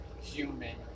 human